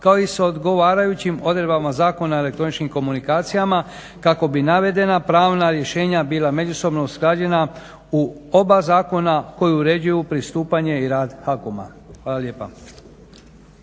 kao i sa odgovarajućim odredbama Zakona o elektroničkim komunikacijama kako bi navedena pravna rješenja bila međusobno usklađena u oba zakona koji uređuju pristupanje i rad HAKOM-a. Hvala lijepa.